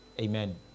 Amen